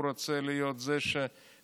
הוא רוצה להיות זה שמבשר,